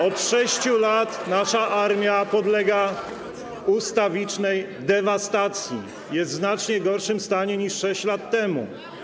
Od 6 lat nasza armia podlega ustawicznej dewastacji, jest w znacznie gorszym stanie niż 6 lat temu.